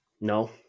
no